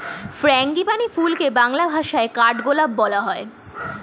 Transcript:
frangipani ফুলকে বাংলা ভাষায় কাঠগোলাপ বলা হয়